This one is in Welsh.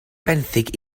benthyg